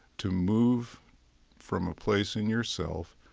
to move from a place in yourself,